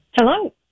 Hello